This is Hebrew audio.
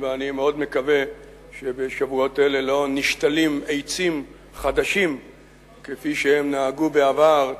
ואני מאוד מקווה שבשבועות האלה לא נשתלים עצים חדשים כפי שנהגו בעבר,